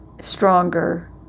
stronger